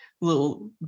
little